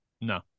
No